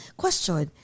question